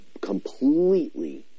completely